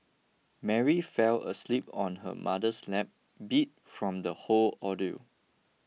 Mary fell asleep on her mother's lap beat from the whole ordeal